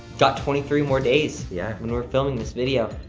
got twenty three more days yeah. when we were filming this video.